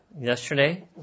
Yesterday